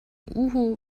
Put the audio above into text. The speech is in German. uhu